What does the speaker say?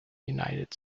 united